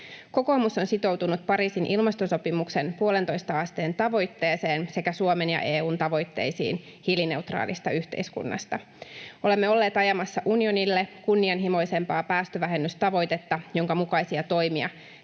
Kokoomus on sitoutunut Pariisin ilmastosopimuksen puolentoista asteen tavoitteeseen sekä Suomen ja EU:n tavoitteisiin hiilineutraalista yhteiskunnasta. Olemme olleet ajamassa unionille kunnianhimoisempaa päästövähennystavoitetta, jonka mukaisia toimia